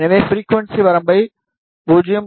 எனவே ஃபிரிகுவன்ஸி வரம்பை 0